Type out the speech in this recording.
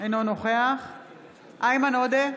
אינו נוכח איימן עודה,